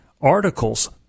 articles